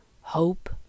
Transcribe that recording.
hope